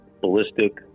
ballistic